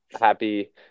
happy